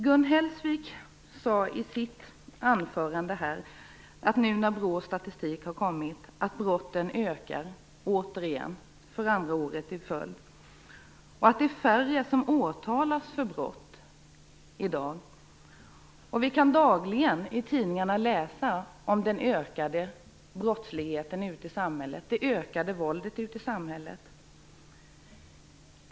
Gun Hellsvik sade i sitt anförande apropå BRÅ:s statistik att brotten återigen ökar, för andra året i följd. Hon sade att det är färre som åtalas för brott i dag. Vi kan dagligen i tidningarna läsa om den ökade brottsligheten och det ökade våldet ute i samhället.